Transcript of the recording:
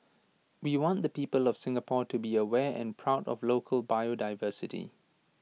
we want the people of Singapore to be aware and proud of local biodiversity